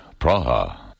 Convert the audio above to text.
Praha